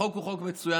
החוק הוא חוק מצוין.